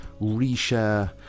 reshare